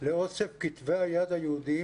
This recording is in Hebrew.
לאוסף כתבי היד היהודיים.